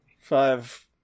five